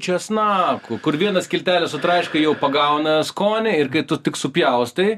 česnaku kur vieną skiltelę sutraiškai jau pagauna skonį ir kai tu tik supjaustai